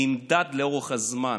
נמדד לאורך הזמן.